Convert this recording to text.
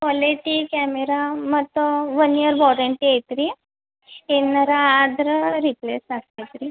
quality camera ಮತ್ತೆ one year warranty ಐತೆ ರೀ ಏನಾರೂ ಆದ್ರೆ ರೀಪ್ಲೇಸ್ ಆಗ್ತದೆ ರೀ